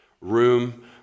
Room